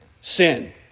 sin